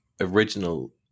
original